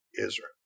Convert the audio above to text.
Israel